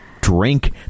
drink